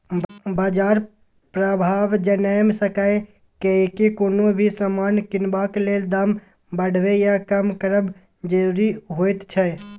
बाजार प्रभाव जनैम सकेए कियेकी कुनु भी समान किनबाक लेल दाम बढ़बे या कम करब जरूरी होइत छै